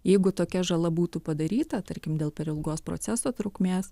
jeigu tokia žala būtų padaryta tarkim dėl per ilgos proceso trukmės